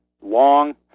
long